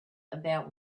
about